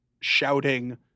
shouting